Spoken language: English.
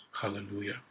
Hallelujah